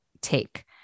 take